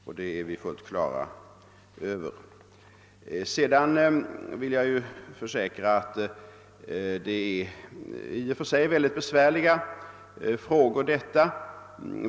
De frågor vi här rör oss med är mycket besvärliga, det kan jag försäkra.